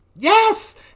yes